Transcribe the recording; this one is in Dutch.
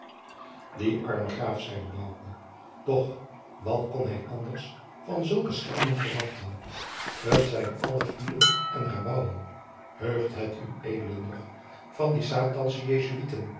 die arme graaf zeide bouke doch wat kon hij anders van zulke schelmen verwachten t zijn allen fielen en rabauwen heugt het ued nog van die satansche jesuiten